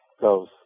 goes